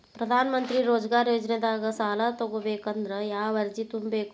ಪ್ರಧಾನಮಂತ್ರಿ ರೋಜಗಾರ್ ಯೋಜನೆದಾಗ ಸಾಲ ತೊಗೋಬೇಕಂದ್ರ ಯಾವ ಅರ್ಜಿ ತುಂಬೇಕು?